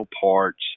parts